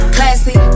Classy